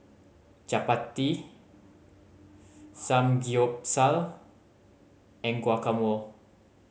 Chapati Samgyeopsal and Guacamole